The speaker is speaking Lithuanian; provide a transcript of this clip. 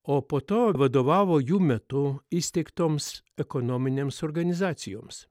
o po to vadovavo jų metu įsteigtoms ekonominėms organizacijoms